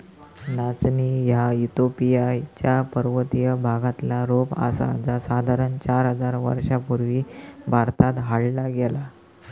नाचणी ह्या इथिओपिया च्या पर्वतीय भागातला रोप आसा जा साधारण चार हजार वर्षां पूर्वी भारतात हाडला गेला